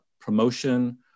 promotion